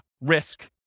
risk